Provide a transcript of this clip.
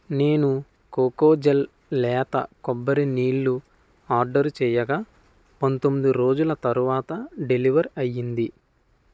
నేను కోకోజల్ లేత కొబ్బరి నీళ్ళు ఆర్డరు చేయగా పంతొమ్మిది రోజుల తరువాత డెలివర్ అయ్యింది